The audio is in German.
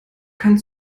kann